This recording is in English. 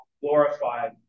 glorified